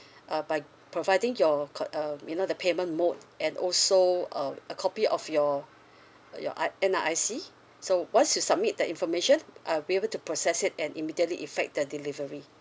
uh by providing your co~ uh you know the payment mode and also uh a copy of your uh your I N_R_I_C so once you submit the information I'll be able to process it and immediately effect the delivery